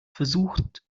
versucht